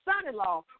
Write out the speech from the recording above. son-in-law